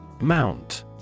Mount